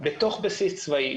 בסיס צבאי,